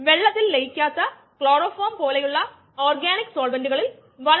അതിന്റെ നിരക്ക് എന്നത് കോൺസ്റ്റന്റ് k2 ആണ് പിന്നെ റിയാക്ഷൻ നിരക്ക് കോൺസ്റ്റന്റ് k 3യും